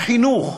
בחינוך